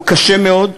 והוא קשה מאוד,